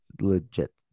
legit